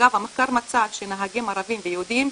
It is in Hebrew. המחקר מצא שנהגים ערבים ויהודים,